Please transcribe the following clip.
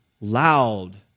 loud